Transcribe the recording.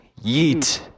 yeet